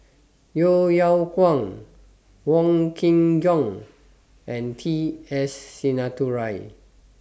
Yeo Yeow Kwang Wong Kin Jong and T S Sinnathuray